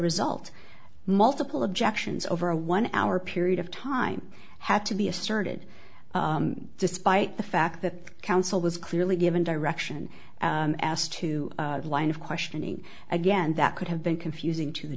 result multiple objections over a one hour period of time had to be asserted despite the fact that counsel was clearly given direction asked to line of questioning again that could have been confusing to the